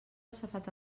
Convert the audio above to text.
safata